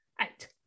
eight